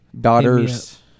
daughters